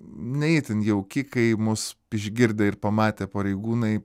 ne itin jauki kai mus išgirdę ir pamatę pareigūnai